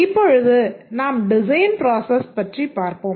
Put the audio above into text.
இப்பொழுது நாம் design process பற்றி பார்ப்போம்